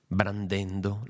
brandendo